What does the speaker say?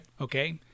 Okay